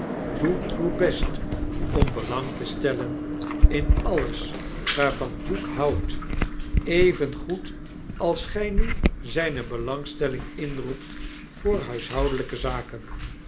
doe uw best om belang te stellen in alles waarvan duke houdt evengoed als gij nu zyne belangstelling inroept voor huiselflke zaken